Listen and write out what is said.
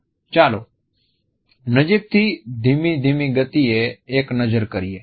ચાલો નજીકથી ધીમી ધીમી ગતિએ એક નજર કરીએ